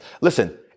Listen